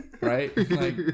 Right